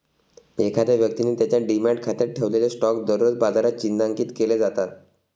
एखाद्या व्यक्तीने त्याच्या डिमॅट खात्यात ठेवलेले स्टॉक दररोज बाजारात चिन्हांकित केले जातात